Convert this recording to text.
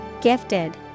Gifted